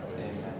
Amen